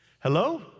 Hello